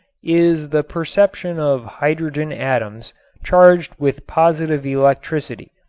is the perception of hydrogen atoms charged with positive electricity.